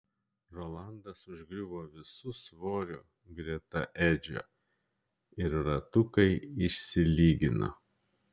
rolandas užgriuvo visu svoriu greta edžio ir ratukai išsilygino